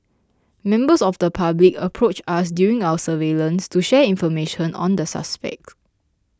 members of the public approached us during our surveillance to share information on the suspect